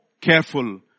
careful